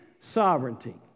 sovereignty